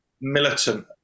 militant